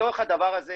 לתוך הדבר הזה